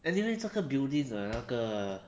anyway 这个 building ah 那个